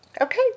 Okay